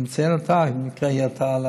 אני מציין אותה, במקרה היא עלתה,